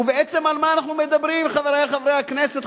בעצם על מה אנחנו מדברים, חברי חברי הכנסת?